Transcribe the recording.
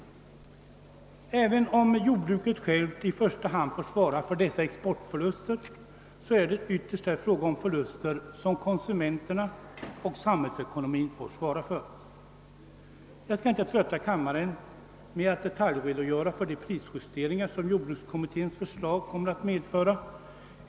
även om jordbruket självt. i första hand får svara för dessa exportförluster, så är det här ytterst fråga om förluster som konsumenterna och samhällsekonomin får svara för. Jag skall inte trötta med att detaljredogöra för de prisjusteringar som jordbrukskommitténs förslag kommer att medföra.